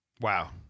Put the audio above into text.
Wow